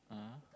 (uh huh)